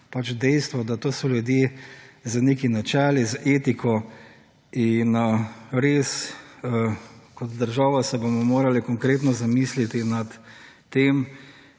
pač dejstvo, da to so ljudje z nekimi načeli, z etiko in res kot država se bomo morali konkretno zamisliti nad tem,